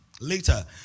later